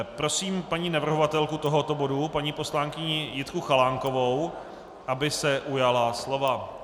Prosím paní navrhovatelku tohoto bodu, paní poslankyni Jitku Chalánkovou, aby se ujala slova.